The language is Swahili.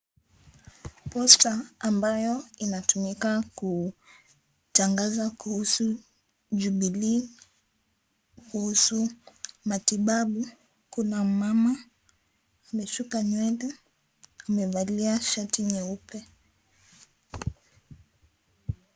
Posta ambayo inatumika kutangaza kuhusu Jubilee, kuhusu matibabu. Kuna mama amesuka nywele, amevalia shati nyeupe.